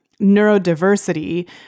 neurodiversity